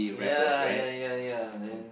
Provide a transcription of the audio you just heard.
ya ya ya ya and